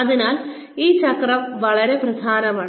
അതിനാൽ ഈ ചക്രം വളരെ പ്രധാനമാണ്